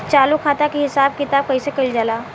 चालू खाता के हिसाब किताब कइसे कइल जाला?